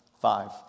Five